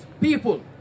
people